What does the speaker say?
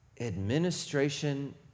administration